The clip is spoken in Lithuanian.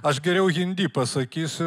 aš geriau hindi pasakysiu